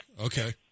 Okay